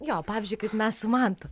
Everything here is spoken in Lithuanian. jo pavyzdžiui kaip mes su mantu